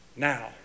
now